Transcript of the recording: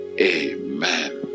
amen